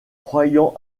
croyant